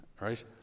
Right